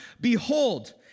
Behold